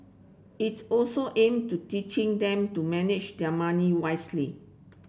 it's also aimed to teaching them to manage their money wisely